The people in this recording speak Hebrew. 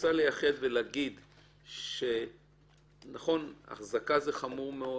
שרוצה לייחד ולהגיד שנכון, החזקה זה חמור מאוד,